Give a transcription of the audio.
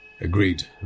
Agreed